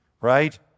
right